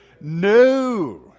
No